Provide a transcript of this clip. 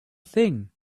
thing